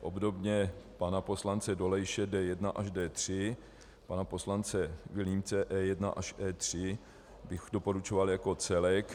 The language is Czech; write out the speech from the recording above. Obdobně pana poslance Dolejše D1 až D3, pana poslance Vilímce E1 až E3 bych doporučoval jako celek.